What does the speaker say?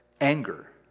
Anger